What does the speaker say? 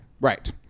Right